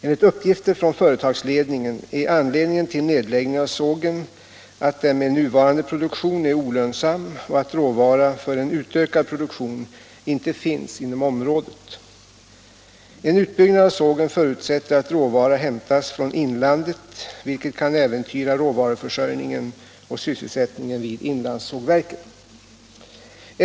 Enligt uppgifter från företagsledningen är anledningen till nedläggningen av sågen att den med nuvarande produktion är olönsam och att råvara för en utökad produktion inte finns inom området. En utbyggnad av sågen förutsätter att råvara hämtas från inlandet, vilket kan äventyra råvaruförsörjningen och sysselsättningen vid inlandssågverken.